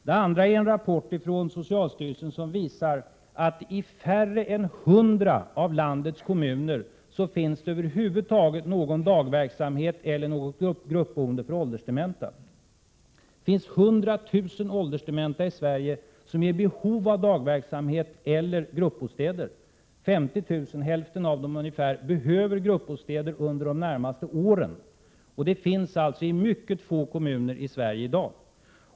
Det andra problemet gäller en rapport från socialstyrelsen som visar att det i färre än 100 av landets kommuner över huvud taget inte finns någon dagverksamhet eller något gruppboende för åldersdementa. Det finns 100 000 åldersdementa i Sverige som är i behov av dagverksamhet eller gruppbostäder. 50 000, alltså ungefär hälften av dem, behöver gruppbostäder under de närmaste åren. Sådana finns alltså i mycket få kommuner i Sverige i dag.